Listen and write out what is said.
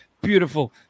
beautiful